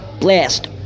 Blast